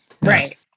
Right